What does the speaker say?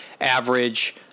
average